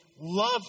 love